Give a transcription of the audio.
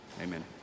amen